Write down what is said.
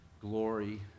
glory